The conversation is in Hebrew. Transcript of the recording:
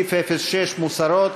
בסעיף 06 מוסרות.